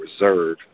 reserve